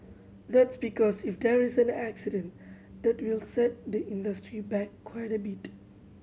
that's because if there is an accident that will set the industry back quite a bit